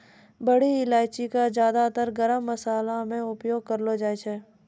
बड़ी इलायची कॅ ज्यादातर गरम मशाला मॅ उपयोग करलो जाय छै